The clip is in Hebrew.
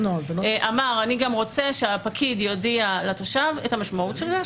אמר: אני גם רוצה שהפקיד יודיע לתושב את המשמעות של זה,